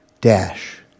dash